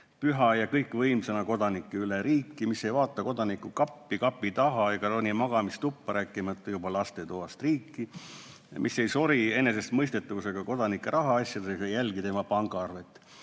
püha ja kõikvõimsana Kodaniku üle. Riiki, mis ei vaata Kodaniku kappi, kapi taha ega roni magamistuppa, rääkimata juba lastetoast. Riiki, mis ei sori enesestmõistetavusega Kodaniku rahaasjades ega jälgi tema pangaarvet.